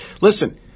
listen